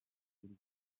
buryo